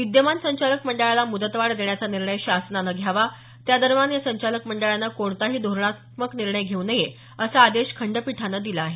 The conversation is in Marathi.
विद्यमान संचालक मंडळाला मुदतवाढ देण्याचा निर्णय शासनानं घ्यावा त्या दरम्यान या संचालक मंडळानं कोणताही धोरणात्मक निर्णय घेऊ नये असा आदेश खंडपीठानं दिला आहे